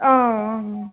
हाआं